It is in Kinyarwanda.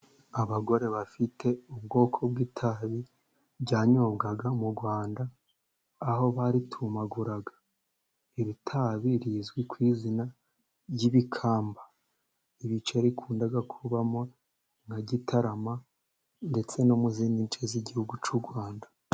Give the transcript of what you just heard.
Abagore bafite ubwoko bw'itabi ryanyobwaga mu rwanda, aho baritumaguraga. Iri tabi rizwi ku izina ry'ibikamba. Ibice rikunda kubamo, nka Gitarama ndetse no mu bindi bice by'igihugu cy'u rwanda.